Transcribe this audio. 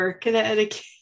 Connecticut